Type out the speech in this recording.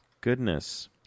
Goodness